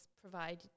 provide